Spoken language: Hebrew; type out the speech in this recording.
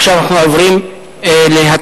עכשיו אנחנו עוברים להצבעה.